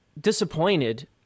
disappointed